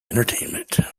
entertainment